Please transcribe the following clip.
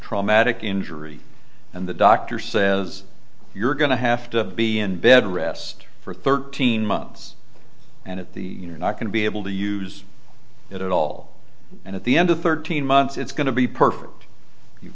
traumatic injury and the doctor says you're going to have to be in bed rest for thirteen months and at the you're not going to be able to use it at all and at the end of thirteen months it's going to be perfect you